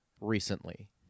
recently